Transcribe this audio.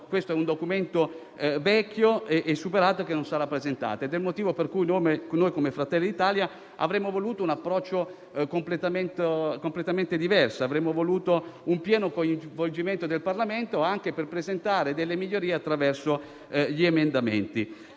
perché è un documento vecchio e superato, che non sarà presentato. Ecco perché noi di Fratelli d'Italia avremmo voluto un approccio completamente diverso e un pieno coinvolgimento del Parlamento, anche per presentare migliorie attraverso gli emendamenti.